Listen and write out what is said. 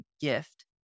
gift